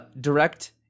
direct